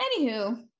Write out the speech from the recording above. anywho